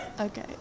okay